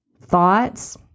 thoughts